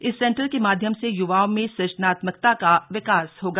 इस सेंटर के माध्यम से य्वाओं में सुजनात्मकता का विकास होगा